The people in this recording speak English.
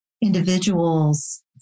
individuals